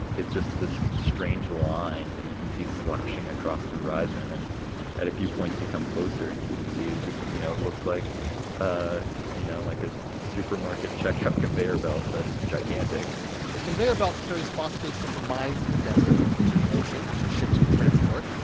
it's just this strange line that you can see slashing across the horizon. and at a few points, you come closer. and you can see, you know, it looks like ah you know, like a supermarket checkout conveyor belt, but it's gigantic the conveyor belt carries phosphate from the mines in the desert to the ocean to ships for transport.